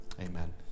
Amen